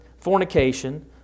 fornication